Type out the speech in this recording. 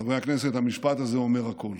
חברי הכנסת, המשפט הזה אומר הכול.